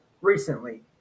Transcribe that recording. recently